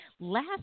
Last